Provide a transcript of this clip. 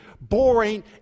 boring